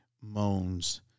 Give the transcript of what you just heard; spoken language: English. moans